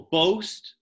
boast